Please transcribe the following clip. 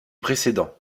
précédent